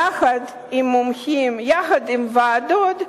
יחד עם מומחים בוועדות,